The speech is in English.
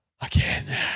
again